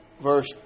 verse